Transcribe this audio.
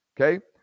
Okay